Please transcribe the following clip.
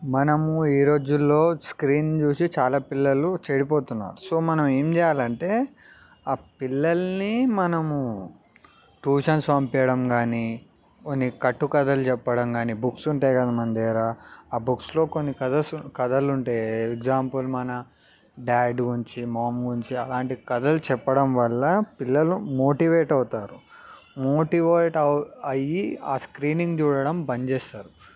మనము ఈ రోజుల్లో స్క్రీన్ చూసి చాలా పిల్లలు చెడిపోతున్నారు సో మనం ఏం చేయాలంటే ఆ పిల్లల్ని మనము ట్యూషన్స్ పంపించడం గానీ కొన్ని కట్టు కథలు చెప్పడం గానీ బుక్స్ ఉంటాయి కదా మన దగ్గర ఆ బుక్స్లో కొన్ని కథస్ కథలుంటే ఎగ్జాంపుల్ మన డ్యాడ్ గురించి మామ్ గురించి అలాంటి కథలు చెప్పడం వల్ల పిల్లలు మోటివేట్ అవుతారు మోటివేట్ అవ్ అయ్యి ఆ స్క్రీనింగ్ చూడడం బందు చేస్తారు